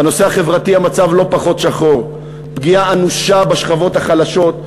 בנושא החברתי המצב לא פחות שחור: פגיעה אנושה בשכבות החלשות,